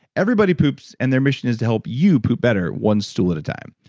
everybody poops and their mission is to help you poop better one stool at a time.